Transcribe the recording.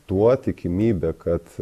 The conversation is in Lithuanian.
tuo tikimybė kad